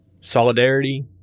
Solidarity